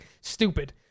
stupid